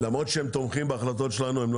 למרות שהם תומכים בהחלטות שלנו הם לא